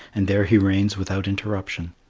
and there he reigns without interruption.